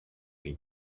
την